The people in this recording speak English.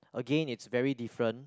again it's very different